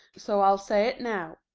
so i'll say it now.